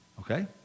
okay